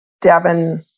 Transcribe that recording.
Devin